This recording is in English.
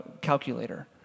calculator